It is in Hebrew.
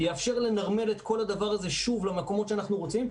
יאפשר לנרמל את כל הדבר הזה שוב למקומות שאנחנו רוצים.